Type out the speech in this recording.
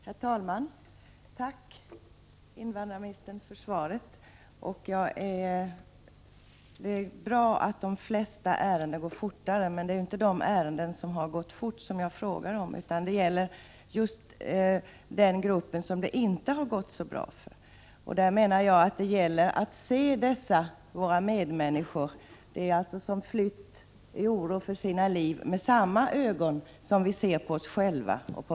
Herr talman! Tack, invandrarministern, för svaret! Det är bra att de flesta ärenden behandlas snabbare, men det är ju inte dessa som jag har frågat om utan om den grupp ärenden som det inte gått så bra med. De medmänniskor som flytt i oro för sina liv måste vi se på med samma Ögon som vi ser på oss själva.